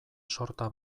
sorta